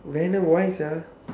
venom why sia